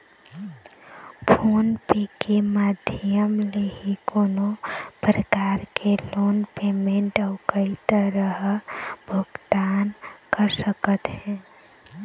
phone पे के माधियम ले ही कोनो परकार के लोन पेमेंट अउ कई तरह भुगतान कर सकत हे